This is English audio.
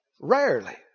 Rarely